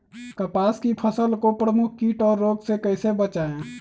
कपास की फसल को प्रमुख कीट और रोग से कैसे बचाएं?